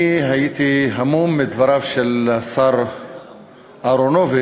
אני הייתי המום מדבריו של השר אהרונוביץ